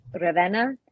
Ravenna